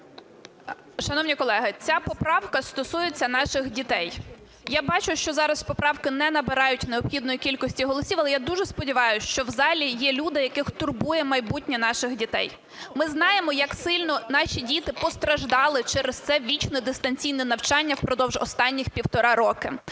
Шановні колеги, ця поправка стосується наших дітей. Я бачу, що зараз поправки не набирають необхідної кількості голосів, але я дуже сподіваюсь, що в залі є люди, яких турбує майбутнє наших дітей. Ми знаємо як сильно наші діти постраждали через це вічне дистанційне навчання впродовж останніх півтора року.